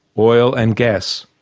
oil and gas.